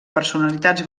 personalitats